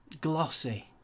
glossy